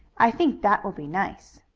i think that will be nice.